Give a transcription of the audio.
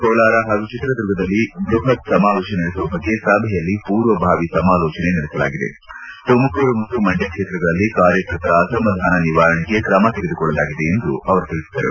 ಕೋಲಾರ ಹಾಗೂ ಚಿತ್ರದುರ್ಗದಲ್ಲಿ ಬೃಪತ್ ಸಮಾವೇಶ ನಡೆಸುವ ಬಗ್ಗೆ ಸಭೆಯಲ್ಲಿ ಪೂರ್ವಭಾವಿ ಸಮಾಲೋಚನೆ ನಡೆಸಲಾಗಿದೆ ತುಮಕೂರು ಮತ್ತು ಮಂಡ್ಕ ಕ್ಷೇತ್ರಗಳಲ್ಲಿ ಕಾರ್ಯಕರ್ತರ ಅಸಮಾಧಾನ ನಿವಾರಣೆಗೆ ತ್ರಮ ತೆಗೆದುಕೊಳ್ಳಲಾಗಿದೆ ಎಂದು ಅವರು ತಿಳಿಸಿದರು